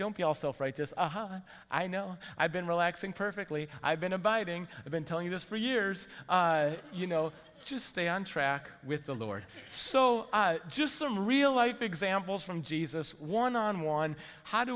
don't feel self righteous aha i know i've been relaxing perfectly i've been abiding i've been telling you this for years you know just stay on track with the lord so just some real life examples from jesus one on one how do